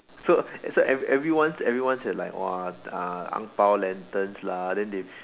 so so every~ everyone everyone had like !wah! uh Ang bao lanterns lah then they